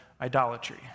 idolatry